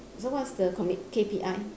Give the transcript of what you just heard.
so what's the commit K_P_I